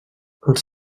els